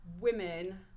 women